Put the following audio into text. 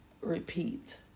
repeat